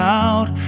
out